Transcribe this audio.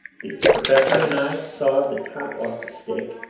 the professor and i sawed the top off the stake,